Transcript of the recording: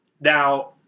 Now